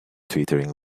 twittering